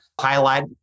highlight